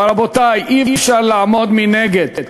רבותי, אי-אפשר לעמוד מנגד.